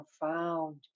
profound